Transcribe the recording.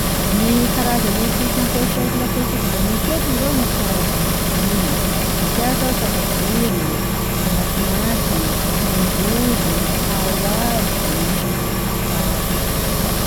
Gny karazany episy ampiasaiko lafa isak'izaho miketriky zô misy karazany dimy: mampiasa aho sakaviro, matromatry, tongolo, hawajy, poivre.